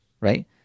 Right